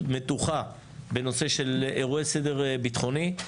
מתוחה בנושא של אירועי סדר ביטחוני.